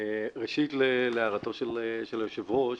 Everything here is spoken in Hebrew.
ראשית, להערתו של היושב-ראש,